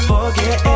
Forget